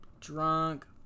drunk